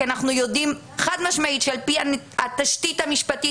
כי אנחנו יודעים חד משמעית שאין תשתית משפטית,